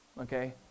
okay